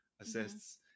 assists